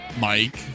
Mike